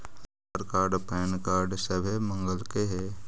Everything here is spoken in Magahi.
आधार कार्ड पैन कार्ड सभे मगलके हे?